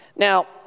Now